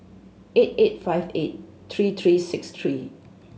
eight eight five eight three three six three